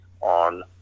on